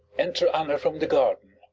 enter anna from the garden.